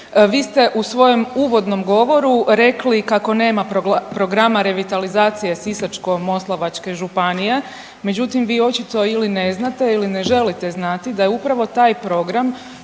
Vi ste u svojem uvodnom govoru rekli kako nema programa revitalizacije Sisačko-moslavačke županije, međutim, vi očito ili ne znate ili ne želite znati da je upravo taj program